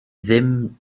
ddim